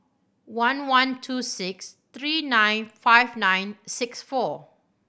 one one two six three nine five nine six four